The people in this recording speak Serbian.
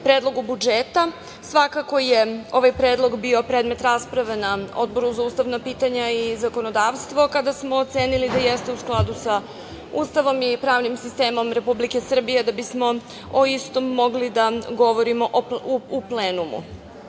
Predlogu budžeta. Svakako je ovaj predlog bio predmet rasprave na Odboru za ustavna pitanja i zakonodavstvo kada smo ocenili da jeste u skladu sa Ustavom i pravnim sistemom Republike Srbije, da bismo o istom mogli da govorimo u plenumu. Nedavno